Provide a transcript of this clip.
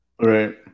Right